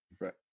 right